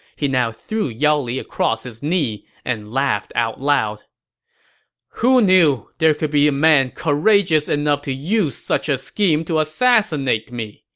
he now threw yao li across his knee and laughed out loud who knew there could be a man courageous enough to use such a scheme to assassinate me,